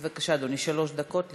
בבקשה, אדוני, שלוש דקות לרשותך.